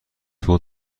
فود